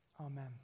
Amen